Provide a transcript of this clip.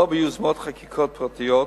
לא ביוזמות חקיקה פרטיות